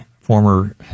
Former